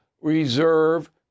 reserve